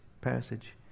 passage